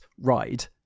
ride